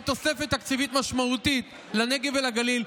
תוספת תקציבית משמעותית לנגב ולגליל.